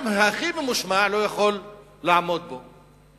גם הכי ממושמע, לא יכול לעמוד בו.